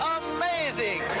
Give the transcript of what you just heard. amazing